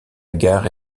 gare